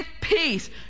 peace